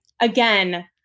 again